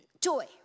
Joy